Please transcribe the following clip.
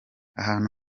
ahantu